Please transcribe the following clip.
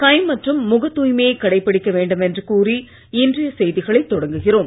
கை மற்றும் முகத் தூய்மையை கடைபிடிக்க வேண்டும் என்று கூறி இன்றைய செய்திகளை தொடங்குகிறோம்